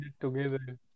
together